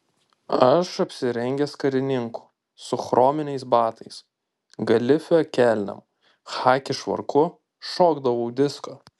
aš apsirengęs karininku su chrominiais batais galifė kelnėm chaki švarku šokdavau disko